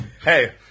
Hey